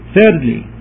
Thirdly